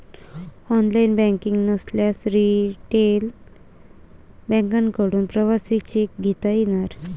online banking नसल्यास retail बँकांकडून प्रवासी चेक घेता येणार